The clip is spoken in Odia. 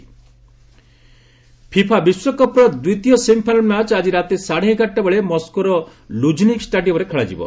ଫିଫା ଡବ୍ଲ୍ୟ ସି ଫିଫା ବିଶ୍ୱକପ୍ର ଦ୍ୱିତୀୟ ସେମିଫାଇନାଲ ମ୍ୟାଚ୍ ଆଜି ରାତି ସାଡ଼େ ଏଗାରଟା ବେଳେ ମସ୍କୋର ଲୁଝନିକି ଷ୍ଟାଡିୟମ୍ରେ ଖେଳାଯିବ